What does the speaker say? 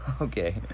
Okay